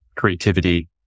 creativity